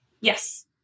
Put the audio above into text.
Yes